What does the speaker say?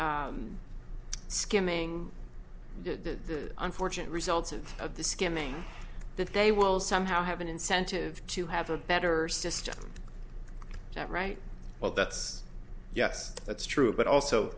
skimming the unfortunate results of of the skimming that they will somehow have an incentive to have a better system that right well that's yes that's true but also